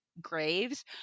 graves